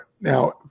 now